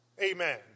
Amen